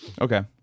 Okay